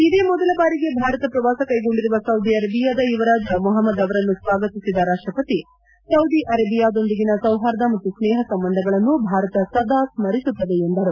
ಇದೇ ಮೊದಲ ಬಾರಿಗೆ ಭಾರತ ಪ್ರವಾಸ ಕ್ವೆಗೊಂಡಿರುವ ಸೌದಿ ಅರೇಬಿಯಾದ ಯುವರಾಜ ಮೊಹಮದ್ ಅವರನ್ನು ಸ್ನಾಗತಿಸಿದ ರಾಷ್ಟ್ರಪತಿ ಸೌದಿ ಅರೇಬಿಯಾದೊಂದಿಗಿನ ಸೌಹಾರ್ದ ಮತ್ತು ಸ್ವೇಹ ಸಂಬಂಧಗಳನ್ನು ಭಾರತ ಸದಾ ಸ್ಮರಿಸುತ್ತದೆ ಎಂದರು